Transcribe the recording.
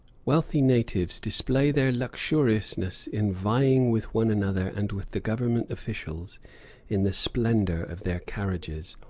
wealthy natives display their luxuriousness in vying with one another and with the government officials in the splendor of their carriages,